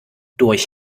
durch